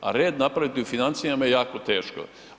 A red napraviti u financijama je jeko teško.